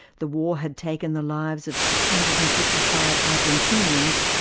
the war had taken the lives of six hundred and fifty five argentinians,